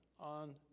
On